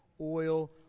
oil